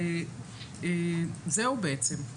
זהו בעצם.